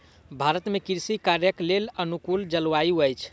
भारत में कृषि कार्यक लेल अनुकूल जलवायु अछि